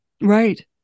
Right